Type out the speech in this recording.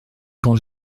quand